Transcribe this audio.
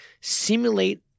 simulate